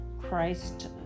christ